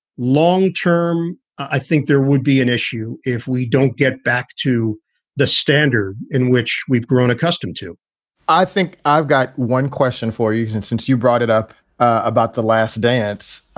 long term. i think there would be an issue if we don't get back to the standard in which we've grown accustomed to i think i've got one question for you. and since you brought it up about the last dance,